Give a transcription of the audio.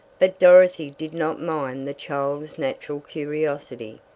but dorothy did not mind the child's natural curiosity.